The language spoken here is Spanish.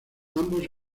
ambos